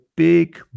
big